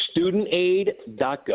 StudentAid.gov